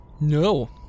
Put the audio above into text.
No